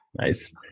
Nice